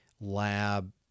lab